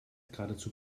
geradezu